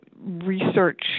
research